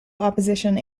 opposition